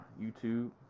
YouTube